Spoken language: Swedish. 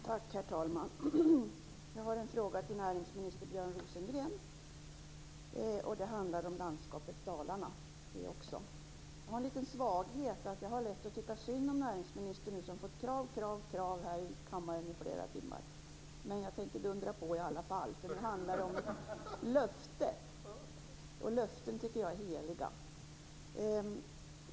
Herr talman! Jag har en fråga till näringsminister Björn Rosengren. Det handlar om landskapet Dalarna. Jag har en liten svaghet. Jag har lätt för att tycka synd om näringsministern som här i kammaren i flera timmar fått krav, krav, krav men tänker i alla fall dundra på, för det handlar om ett löfte. Löften tycker jag är heliga.